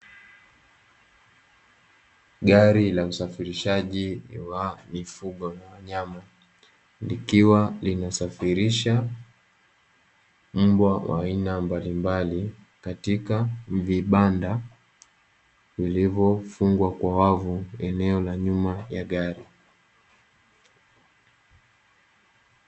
Gari la usafirishaji wa mifugo na wanyama, likiwa linasafirisha mbwa wa aina mbalimbali katika vibanda vilivyo fungwa kwa wavu eneo la nyuma ya gari.